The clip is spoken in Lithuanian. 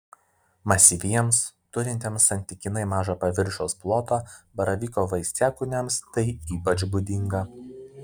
masyviems turintiems santykinai mažą paviršiaus plotą baravyko vaisiakūniams tai ypač būdinga